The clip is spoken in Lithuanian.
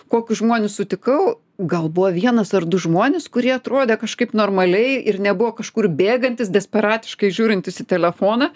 kokius žmones sutikau gal buvo vienas ar du žmonės kurie atrodė kažkaip normaliai ir nebuvo kažkur bėgantys desperatiškai žiūrintys į telefoną